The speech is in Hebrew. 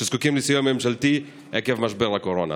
שזקוקים לסיוע ממשלתי עקב משבר הקורונה?